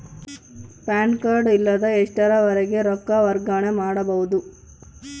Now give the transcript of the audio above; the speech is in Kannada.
ಪ್ಯಾನ್ ಕಾರ್ಡ್ ಇಲ್ಲದ ಎಷ್ಟರವರೆಗೂ ರೊಕ್ಕ ವರ್ಗಾವಣೆ ಮಾಡಬಹುದು?